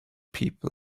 people